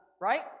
right